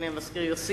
אדוני המזכיר יוסיף,